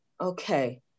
Okay